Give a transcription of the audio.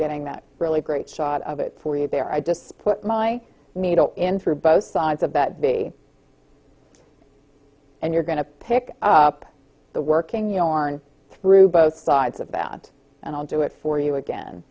getting that really great shot of it for you there i just put my needle in through both sides of that be and you're going to pick up the working you know orne through both sides of that and i'll do it for you again